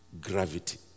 gravity